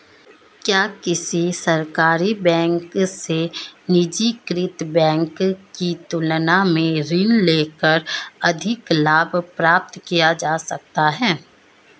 क्या किसी सरकारी बैंक से निजीकृत बैंक की तुलना में ऋण लेकर अधिक लाभ प्राप्त किया जा सकता है?